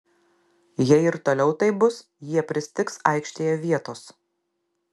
jei ir toliau taip bus jie pristigs aikštėje vietos